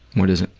what is it?